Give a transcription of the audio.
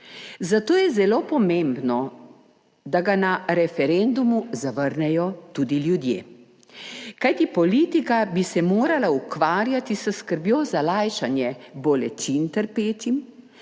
Zato je zelo pomembno, da ga na referendumu zavrnejo tudi ljudje. Kajti politika bi se morala ukvarjati s skrbjo za lajšanje bolečin trpečim